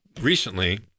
recently